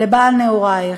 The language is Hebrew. לבעל נעורייך,